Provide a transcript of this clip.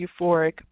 euphoric